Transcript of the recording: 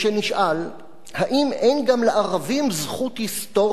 האם אין גם לערבים זכות היסטורית על הארץ,